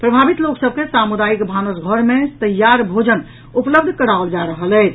प्रभावित लोक सभ के सामुदायिक भानस घर मे तैयार भोजन उपलब्ध कराओल जा रहल अछि